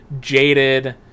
Jaded